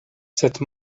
cette